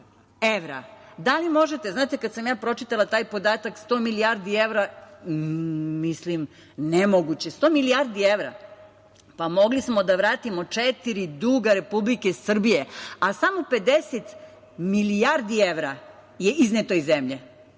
milijardi evra. Znate, kad sam ja pročitala taj podatak - 100 milijardi evra, mislim, nemoguće. Sto milijardi evra, pa mogli smo da vratimo četiri duga Republike Srbije. A samo 50 milijardi evra je izneto iz zemlje.